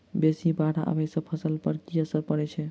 बेसी बाढ़ आबै सँ फसल पर की असर परै छै?